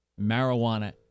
Marijuana